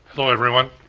hello, everyone.